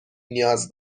نیاز